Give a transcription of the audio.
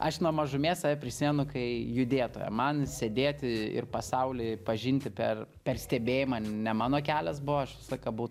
aš nuo mažumės save prisimenu kai judėtoją man sėdėti ir pasaulį pažinti per per stebėjimą ne mano kelias buvo visą laiką buvau